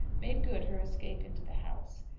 made good her escape into the house.